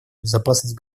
безопасность